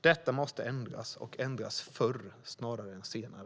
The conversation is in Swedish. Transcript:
Detta måste ändras, och det måste ändras förr snarare än senare.